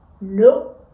No